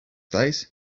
days